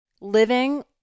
living